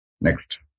Next